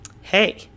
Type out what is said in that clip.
Hey